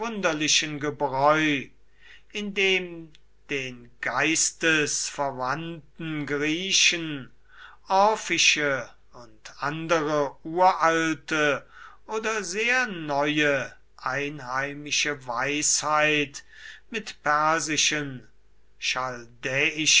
gebräu in dem den geistesverwandten griechen orphische und andere uralte oder sehr neue einheimische weisheit mit persischen